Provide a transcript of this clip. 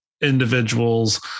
individuals